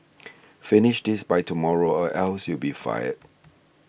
finish this by tomorrow or else you'll be fired